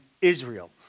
Israel